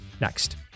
next